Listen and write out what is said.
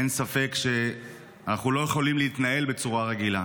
אין ספק שאנחנו לא יכולים להתנהל בצורה רגילה.